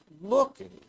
looking